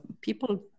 people